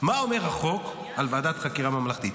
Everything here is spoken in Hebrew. מה אומר החוק על ועדת חקירה ממלכתית.